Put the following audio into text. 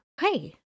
Hey